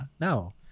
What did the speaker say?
No